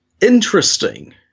interesting